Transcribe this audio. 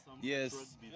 Yes